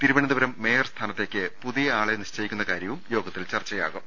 Thiruvananthapuram mayor സ്ഥാനത്തേക്ക് പുതിയ ആളെ നിശ്ചയിക്കുന്ന കാര്യവും യോഗത്തിൽ ചർച്ചയാവും